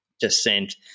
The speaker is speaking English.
descent